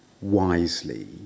wisely